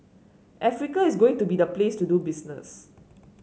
Africa is going to be the place to do business